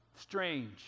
Strange